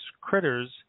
critters